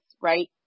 right